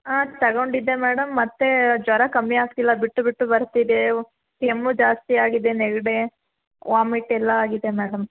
ಆಂ ತೊಗೊಂಡಿದ್ದೆ ಮೇಡಂ ಮತ್ತೆ ಜ್ವರ ಕಮ್ಮಿ ಆಗ್ತಿಲ್ಲ ಬಿಟ್ಟು ಬಿಟ್ಟು ಬರ್ತಿದೆ ಕೆಮ್ಮೂ ಜಾಸ್ತಿ ಆಗಿದೆ ನೆಗ್ಡಿ ವಾಮಿಟ್ ಎಲ್ಲ ಆಗಿದೆ ಮೇಡಂ